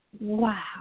Wow